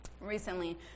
recently